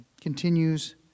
continues